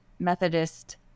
Methodist